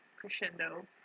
crescendo